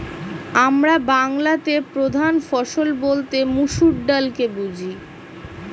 আমরা বাংলাতে প্রধান ফসল বলতে মসুর ডালকে বুঝি